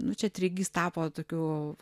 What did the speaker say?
nu čia treigys tapo tokiu